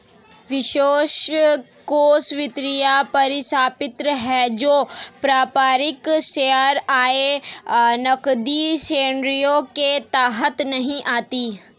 निवेश कोष वित्तीय परिसंपत्ति है जो पारंपरिक शेयर, आय, नकदी श्रेणियों के तहत नहीं आती